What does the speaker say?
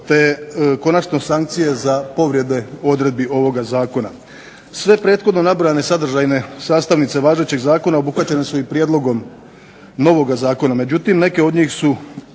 te konačno sankcije za povrede odredbi ovoga zakona. Sve prethodno nabrojane sadržajne sastavnice važećeg zakona obuhvaćene su i prijedlogom novog zakona,